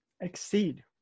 Exceed